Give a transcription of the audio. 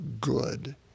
good